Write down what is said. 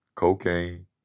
cocaine